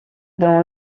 dans